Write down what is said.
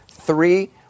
Three